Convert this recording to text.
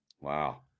Wow